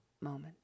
moment